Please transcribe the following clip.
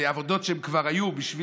בעבודות שאנשים כבר היו בהן,